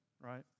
right